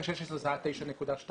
בשנת 2016 זה היה 9.2 מיליון טון.